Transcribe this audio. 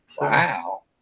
Wow